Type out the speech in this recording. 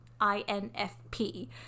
infp